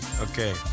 Okay